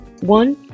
one